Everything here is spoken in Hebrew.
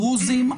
דרוזים,